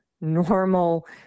normal